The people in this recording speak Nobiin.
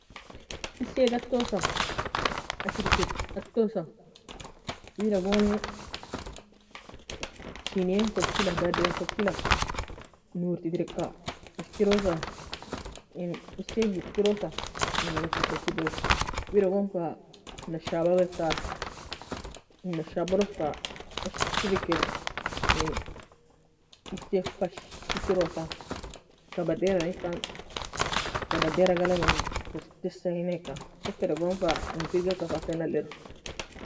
Esie ga atosa ashri kir atosa wida gone senyia kochila daden kochula nurti trika eskirosa in esie g eskirosa en nourti en kochido wida gon fa نشابة ga atour en نشابة log fa ashri kir en esie ga fushikirosa kabadera ikan kabadera galang desai ya eneka sokeda gon fa ouin firgika ken aleru